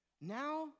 Now